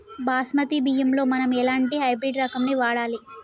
బాస్మతి బియ్యంలో మనం ఎలాంటి హైబ్రిడ్ రకం ని వాడాలి?